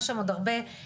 יש שם עוד הרבה מתנדבים,